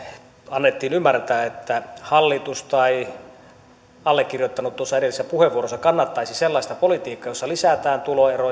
annettiin ymmärtää että hallitus tai allekirjoittanut tuossa edellisessä puheenvuorossa kannattaisi sellaista politiikkaa jossa lisätään tuloeroja tai hyvinvointi